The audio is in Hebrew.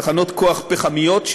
תחנות כוח פחמיות,